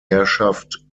herrschaft